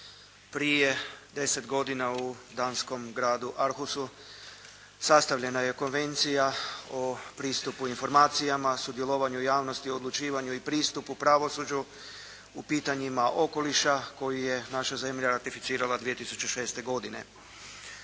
Prije deset godina u danskom gradu Arhusu sastavljena je Konvencija o pristupu informacijama, sudjelovanju javnosti, odlučivanju i pristupu pravosuđu u pitanjima okoliša koji je naša zemlja ratificirala 2006. godine.